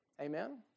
Amen